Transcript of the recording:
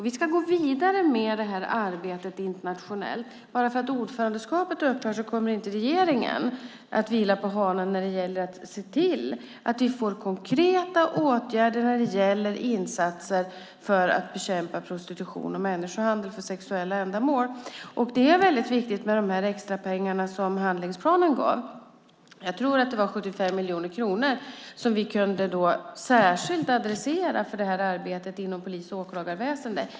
Vi ska gå vidare med arbetet internationellt. Bara för att ordförandeskapet upphör kommer inte regeringen att vila på hanen när det gäller att se till att det vidtas konkreta åtgärder när det gäller insatser för att bekämpa prostitution och människohandel för sexuella ändamål. Det är viktigt med de extra pengarna som handlingsplanen gav. Jag tror att det var 75 miljoner kronor som vi särskilt kunde adressera till arbetet inom polis och åklagarväsendet.